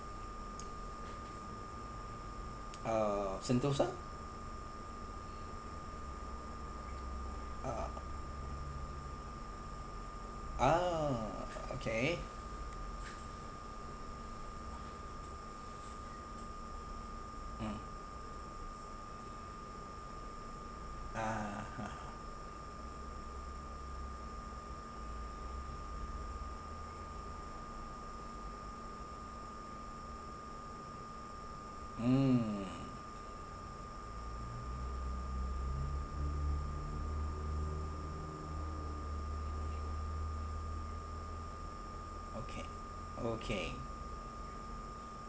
uh sentosa uh oh okay mm ah (uh huh) mm okay okay